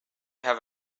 have